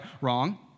Wrong